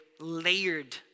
layered